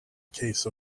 case